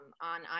on